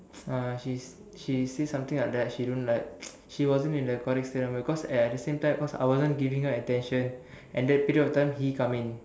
uh she's she say something like that she don't like she wasn't in the correct state of mind cause at the same time cause I wasn't giving her attention and that period of time he come in